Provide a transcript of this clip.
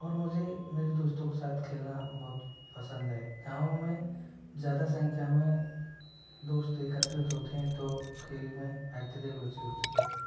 और मुझे मेरे दोस्तों के सात खेलना बहुत पसंद है गाँव में ज़्यादा संख्या में दोस्त एकत्रित होते हैं तो खेल में अत्यधिक रुचि होती है